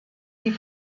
die